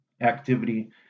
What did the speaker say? activity